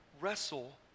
wrestle